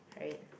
right